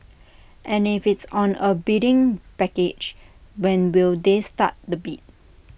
and if it's on A bidding package when will they start the bid